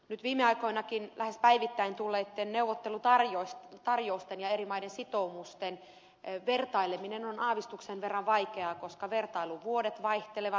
nyt viime aikoinakin lähes päivittäin tulleitten neuvottelutarjousten ja eri maiden sitoumusten vertaileminen on aavistuksen verran vaikeaa koska vertailuvuodet vaihtelevat